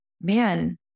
man